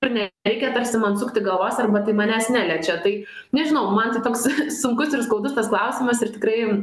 ir ne reikia tarsi man sukti galvos arba tai manęs neliečia tai nežinau man tai toks sunkus ir skaudus tas klausimas ir tikrai